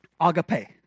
agape